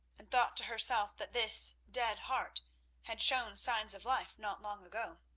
and thought to herself that this dead heart had shown signs of life not long ago.